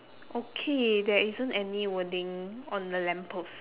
okay there isn't any wording on the lamppost